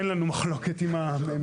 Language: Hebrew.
אין לנו מחלוקת עם הממ"מ,